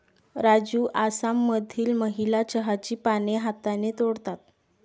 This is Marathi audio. राजू आसाममधील महिला चहाची पाने हाताने तोडतात